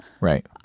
right